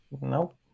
Nope